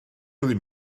ddim